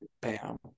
bam